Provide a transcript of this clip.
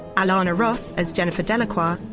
alana ross as jennifer delacroix,